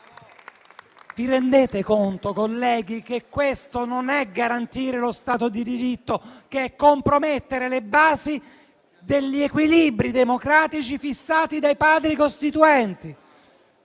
Vi rendete conto, colleghi, che questo non è garantire lo Stato di diritto, ma è compromettere le basi degli equilibri democratici fissati dai Padri costituenti?